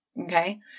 okay